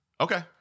Okay